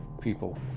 people